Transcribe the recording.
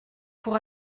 pour